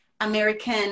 American